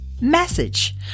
message